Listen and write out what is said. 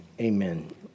Amen